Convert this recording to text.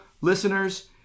listeners